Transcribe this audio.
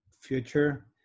future